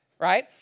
Right